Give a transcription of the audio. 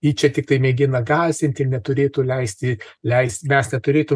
ji čia tiktai mėgina gąsdint ir neturėtų leisti leist mes neturėtum leido